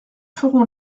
ferons